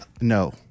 No